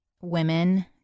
women